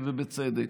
ובצדק,